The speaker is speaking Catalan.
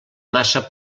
massa